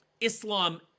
Islam